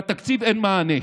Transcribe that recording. ובתקציב אין מענה.